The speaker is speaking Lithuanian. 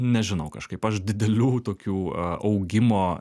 nežinau kažkaip aš didelių tokių augimo